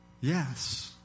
Yes